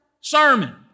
sermon